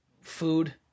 food